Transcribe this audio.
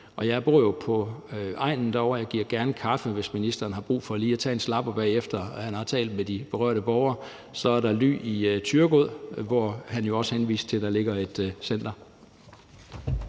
Jeg bor jo på egnen derovre, og jeg giver gerne kaffe, hvis ministeren har brug for lige at tage en slapper, efter at han har talt med de berørte borgere; så der er ly i Thyregod, og han henviste jo også til, at der ligger et center